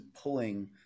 pulling